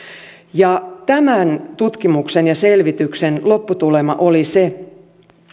tämän tutkimuksen ja selvityksen lopputulema oli se